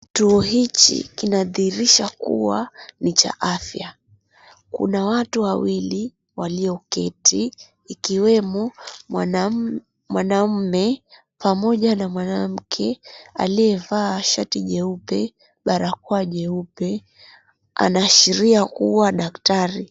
Kituo hichi kinadhihirisha kuwa ni cha afya. Kuna watu wawili walioketi, ikiwemo mwanamme pamoja na mwanamke aliyevaa shati jeupe, barakoa jeupe, anaashiria kuwa daktari.